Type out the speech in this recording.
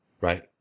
Right